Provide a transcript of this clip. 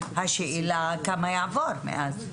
השאלה כמה יעבור מאז.